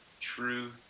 true